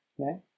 Okay